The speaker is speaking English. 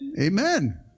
Amen